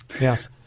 Yes